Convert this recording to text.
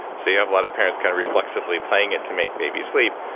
so you have a lot of parents kind of reflexively playing it to make babies sleep,